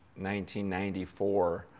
1994